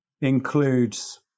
includes